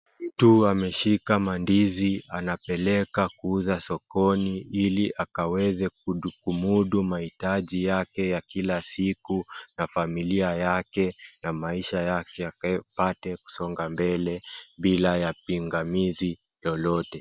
Mtu ameshika mandizi anapeleka kuuza sokoni ili aweze kumudu mahitaji yake ya kila siku na familia yake na maisha yake ikapate kusonga mbele bila ya pingamizi lolote.